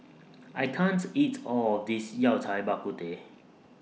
I can't eat All of This Yao Cai Bak Kut Teh